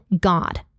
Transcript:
God